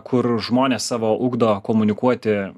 kur žmonės savo ugdo komunikuoti